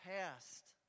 past